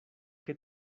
que